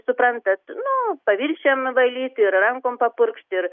suprantat nu paviršiam valyt ir rankom papurkšt ir